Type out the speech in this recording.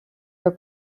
are